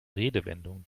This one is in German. redewendungen